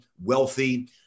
wealthy